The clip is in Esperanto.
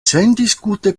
sendiskute